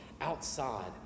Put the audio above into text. outside